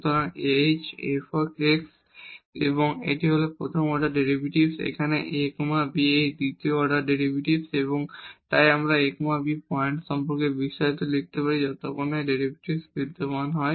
সুতরাং h fx এবং এটি হল প্রথম অর্ডার ডেরিভেটিভ এখানে a b এ দ্বিতীয় অর্ডার ডেরিভেটিভস এবং তাই আমরা এই a b পয়েন্ট সম্পর্কে এই বিস্তারটি লিখতে পারি যতক্ষণ এই ডেরিভেটিভস বিদ্যমান হয়